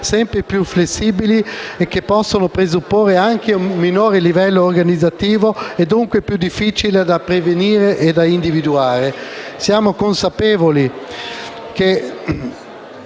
Siamo consapevoli che